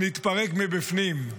נתפרק מבפנים.